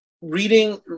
reading